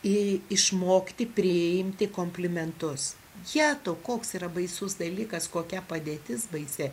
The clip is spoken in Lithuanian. į išmokti priimti komplimentus jetau koks yra baisus dalykas kokia padėtis baisi